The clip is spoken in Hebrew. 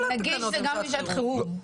נגיש זה גם לשעת חירום.